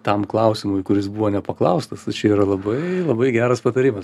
tam klausimui kuris buvo nepaklaustas tai čia yra labai labai geras patarimas